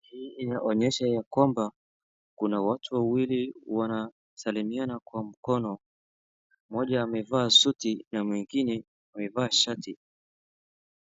Hii inaonyesha ya kwamba kuna watu wawili wanasalimiana kwa mkono, mmoja amevaa suti na mwingine amevaa shati,